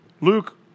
Luke